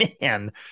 man